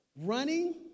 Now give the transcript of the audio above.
running